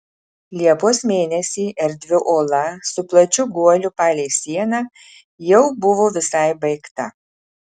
liepos mėnesį erdvi ola su plačiu guoliu palei sieną jau buvo visai baigta